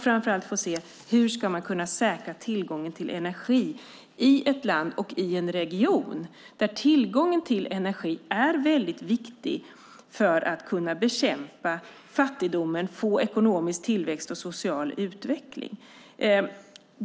Framför allt får vi se hur man ska kunna säkra tillgången till energi i ett land och i en region där tillgången till energi är viktig för att kunna bekämpa fattigdomen och få ekonomisk tillväxt och social utveckling.